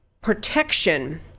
protection